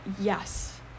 yes